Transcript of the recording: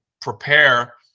prepare